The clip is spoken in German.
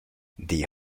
die